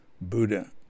Buddha